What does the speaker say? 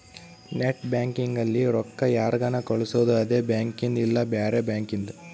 net banking ಅಲ್ಲಿ ರೊಕ್ಕ ಯಾರ್ಗನ ಕಳ್ಸೊದು ಅದೆ ಬ್ಯಾಂಕಿಂದ್ ಇಲ್ಲ ಬ್ಯಾರೆ ಬ್ಯಾಂಕಿಂದ್